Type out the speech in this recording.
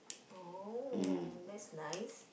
oh that's nice